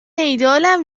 ایدهآلم